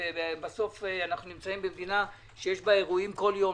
אנחנו נמצאים במדינה שיש בה אירועים בכל יום,